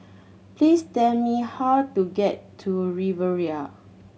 please tell me how to get to Riviera